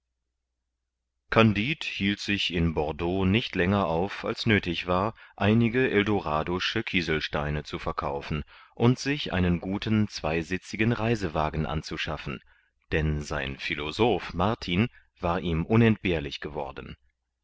kandid hielt sich in bordeaux nicht länger auf als nöthig war einige eldorado'sche kieselsteine zu verkaufen und sich einen guten zweisitzigen reisewagen anzuschaffen denn sein philosoph martin war ihm unentbehrlich geworden